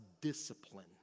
discipline